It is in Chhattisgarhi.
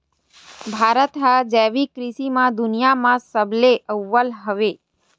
भारत हा जैविक कृषि मा दुनिया मा सबले अव्वल हवे